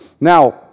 Now